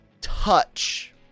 touch